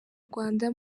rwanda